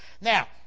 Now